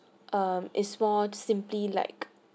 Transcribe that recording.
um is more simply like